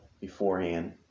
beforehand